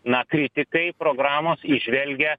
na kritikai programos įžvelgia